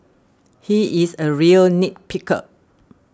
he is a real nit picker